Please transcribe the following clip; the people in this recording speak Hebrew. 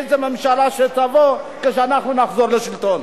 איזו ממשלה תבוא כשאנחנו נחזור לשלטון.